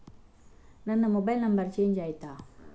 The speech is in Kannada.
ನನ್ನ ಮೊಬೈಲ್ ನಂಬರ್ ಚೇಂಜ್ ಆಯ್ತಾ?